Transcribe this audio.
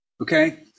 okay